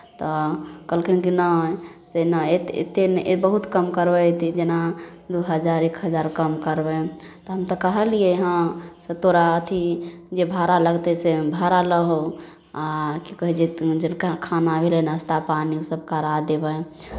तऽ कहलखिन कि नहि से नहि एतेक एतेक नहि बहुत कम करबै तऽ जेना दू हजार एक हजार कम करबै तऽ हम तऽ कहलियै हँ से तोरा अथि जे भाड़ा लगतै से भाड़ा लहो आ की कहै छै जिनका खाना भेलनि नाश्ता पानि ओसभ करा देबनि